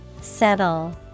Settle